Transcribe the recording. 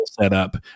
setup